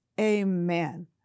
Amen